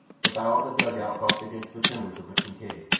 the bow of the dugout bumped against the timbers of the kincaid.